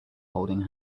holding